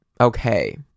okay